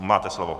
Máte slovo.